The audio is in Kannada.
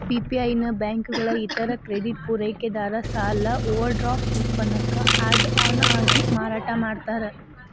ಪಿ.ಪಿ.ಐ ನ ಬ್ಯಾಂಕುಗಳ ಇತರ ಕ್ರೆಡಿಟ್ ಪೂರೈಕೆದಾರ ಸಾಲ ಓವರ್ಡ್ರಾಫ್ಟ್ ಉತ್ಪನ್ನಕ್ಕ ಆಡ್ ಆನ್ ಆಗಿ ಮಾರಾಟ ಮಾಡ್ತಾರ